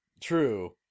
True